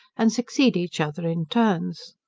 and succeed each other in turns.